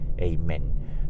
Amen